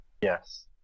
Yes